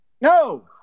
No